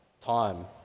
time